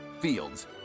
Fields